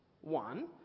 One